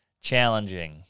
challenging